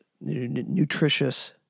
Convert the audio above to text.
nutritious